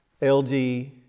LG